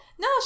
No